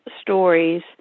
stories